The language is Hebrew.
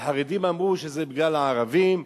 לחרדים אמרו שזה בגלל הערבים,